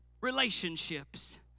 relationships